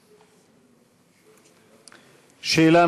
אפשר שאלה